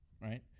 right